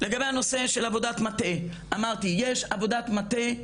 לגבי הנושא של עבודת מטה, אמרתי יש עבודת מטה,